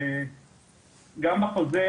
אני רואה שגם בחוזר